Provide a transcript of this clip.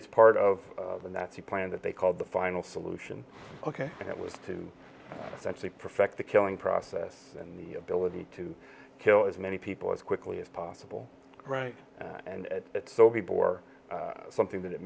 it's part of the nazi plan that they called the final solution ok and it was two that's a perfect the killing process and the ability to kill as many people as quickly as possible right and at sobibor something that it